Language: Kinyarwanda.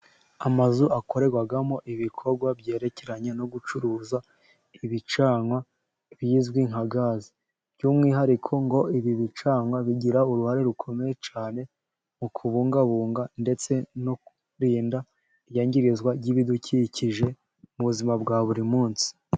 Amazu akorerwagamo ibikorwa byerekeranye no gucuruza ibicanwa bizwi nka gaze, by'umwihariko ngo ibi bicanwa bigira uruhare rukomeye cyane mu kubungabunga ndetse no kurinda iyangirizwa ry'ibidukikije mu buzima bwa buri munsi.